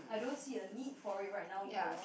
I don't see a need for it right now either